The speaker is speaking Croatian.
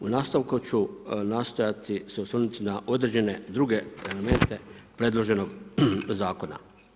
U nastavku ću nastojati se osvrnuti na određene druge elemente predloženog zakona.